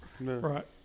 Right